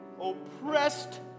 Oppressed